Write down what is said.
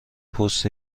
پست